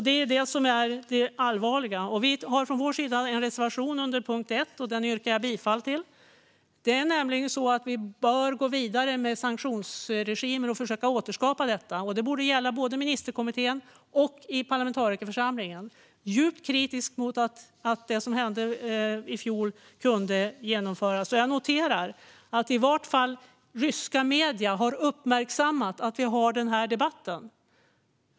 Det är det som är det allvarliga. Vi har en reservation under punkt 1, fru talman, och den yrkar jag bifall till. Vi bör gå vidare med sanktionsregimer och försöka återskapa detta. Det borde gälla både i ministerkommittén och i parlamentarikerförsamlingen. Jag är djupt kritisk mot att det som hände i fjol kunde genomföras, och jag noterar att i vart fall ryska medier har uppmärksammat att vi för den här debatten.